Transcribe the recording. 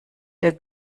der